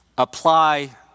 Apply